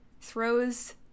throws